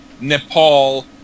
Nepal